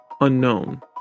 unknown